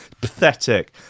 pathetic